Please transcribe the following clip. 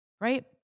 right